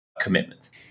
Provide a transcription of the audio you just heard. commitments